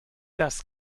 das